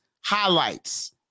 highlights